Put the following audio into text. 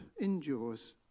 endures